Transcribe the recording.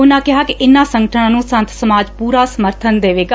ਉਨੂਾਂ ਕਿਹਾ ਕਿ ਇਨੂਾਂ ਸੰਗਠਨਾਂ ਨੂੰ ਸੰਤ ਸਮਾਜ ਪੂਰਾ ਸਮਰਬਨ ਦੇਵੇਗਾ